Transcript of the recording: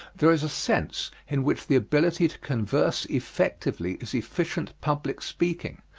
there is a sense in which the ability to converse effectively is efficient public speaking,